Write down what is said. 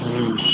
ह्म्म